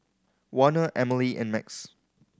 Warner Emily and Max